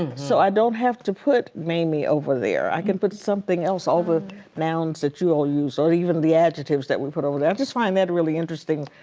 so i don't have to put mamie over there. i can put something else, all the nouns that you all use or even the adjectives that we put over there. i just find that really interesting.